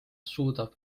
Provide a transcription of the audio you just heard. suudab